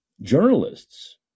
journalists